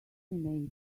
maybe